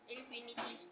Infinity